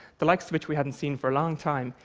the likes of which we hadn't seen for a long time,